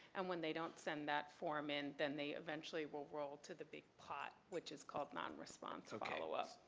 and when they don't send that form in, then they visually will role to the big pot, which is called non response so follow-up.